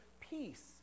peace